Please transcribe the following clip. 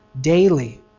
daily